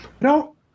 No